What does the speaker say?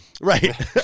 right